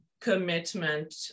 commitment